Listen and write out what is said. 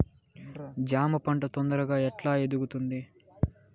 జామ పంట తొందరగా ఎట్లా ఎదుగుతుంది?